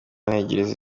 ntegereje